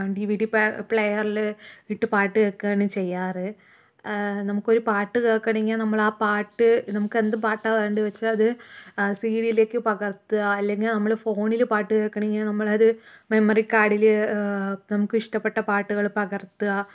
DVD പ്ലാ പ്ലെയറില് ഇട്ട് പാട്ട് കേൾക്കുവാണ് ചെയ്യാറ് നമുക്കൊരു പാട്ട് കേൾക്കണമെങ്കി നമ്മളാ പാട്ട് നമുക്കെന്ത് പാട്ടാ വേണ്ട വെച്ചാൽ അത് ആ സീഡിയിലേക്ക് പകര്ത്തുക അല്ലെങ്കില് നമ്മള് ഫോണില് പാട്ട് കേൾക്കണമെങ്കി നമ്മളത് മെമ്മറി കാര്ഡില് നമുക്കിഷ്ടപ്പെട്ട പാട്ടുകള് പകര്ത്തുക